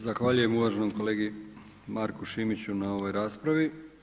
Zahvaljujem uvaženom kolegi Marku Šimiću na ovoj raspravi.